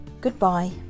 Goodbye